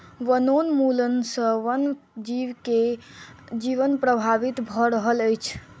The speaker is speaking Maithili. वनोन्मूलन सॅ वन जीव के जीवन प्रभावित भ रहल अछि